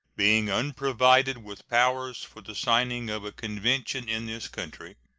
being unprovided with powers for the signing of a convention in this country,